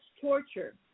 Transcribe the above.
torture